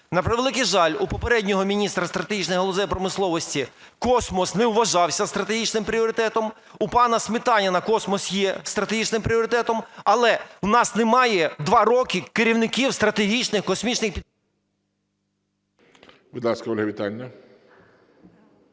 На превеликий жаль, у попереднього міністра стратегічних галузей промисловості космос не вважався стратегічним пріоритетом, у пана Сметаніна космос є стратегічним пріоритетом. Але у нас немає два роки керівників стратегічних космічних...